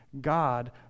God